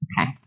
Okay